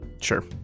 Sure